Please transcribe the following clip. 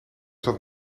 zat